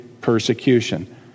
persecution